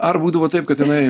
ar būdavo taip kad tenai